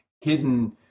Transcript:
hidden